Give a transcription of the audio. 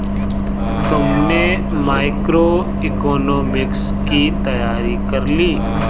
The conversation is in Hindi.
तुमने मैक्रोइकॉनॉमिक्स की तैयारी कर ली?